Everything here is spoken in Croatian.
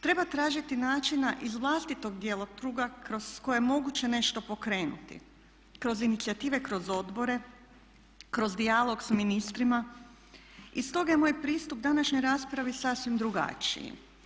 Treba tražiti načina iz vlastitog djelokruga kroz koje je moguće nešto pokrenuti, kroz inicijative, kroz odbore, kroz dijalog s ministrima i stoga je moj pristup današnjoj raspravi sasvim drugačiji.